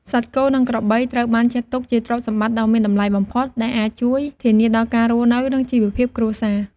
សត្វគោ និងក្របីត្រូវបានចាត់ទុកជាទ្រព្យសម្បត្តិដ៏មានតម្លៃបំផុត ដែលអាចជួយ ធានាដល់ការរស់នៅ និង ជីវភាពគ្រួសារ។